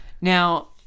Now